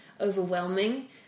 overwhelming